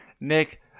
Nick